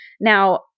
Now